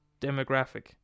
demographic